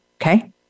Okay